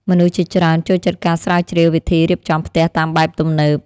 មនុស្សជាច្រើនចូលចិត្តការស្រាវជ្រាវវិធីរៀបចំផ្ទះតាមបែបទំនើប។